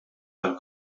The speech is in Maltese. tal